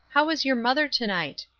how is your mother to-night?